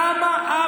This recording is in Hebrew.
למה,